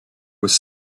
was